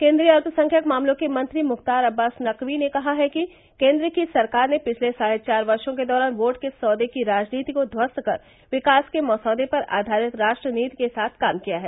केन्द्रीय अल्पसंख्यक मामलों के मंत्री मुख्तार अव्वास नकवी ने कहा है कि केन्द्र की सरकार ने पिछले साढ़े चार वर्षो के दौरान वोट के सौदे की राजनीति को ध्वस्त कर विकास के मसौदे पर आधारित राष्ट्रनीति के साथ काम किया है